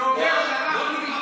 ואומר שאנחנו,